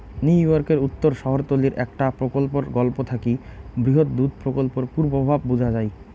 নিউইয়র্কের উত্তর শহরতলীর একটা প্রকল্পর গল্প থাকি বৃহৎ দুধ প্রকল্পর কুপ্রভাব বুঝা যাই